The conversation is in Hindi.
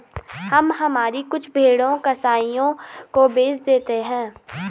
हम हमारी कुछ भेड़ें कसाइयों को बेच देते हैं